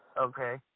okay